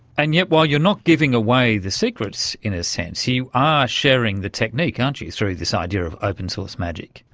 and yet, while you are not giving away the secrets, in a sense, you are sharing the technique, aren't you, through this idea of open-source magic.